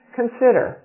Consider